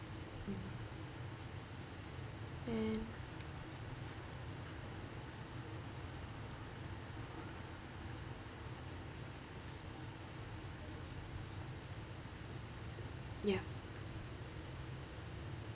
mm and ya